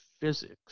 physics